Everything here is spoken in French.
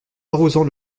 arrosant